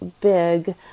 big